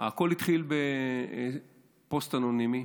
הכול התחיל בפוסט אנונימי,